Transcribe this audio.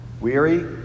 weary